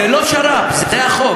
זה לא שר"פ, זה החוק.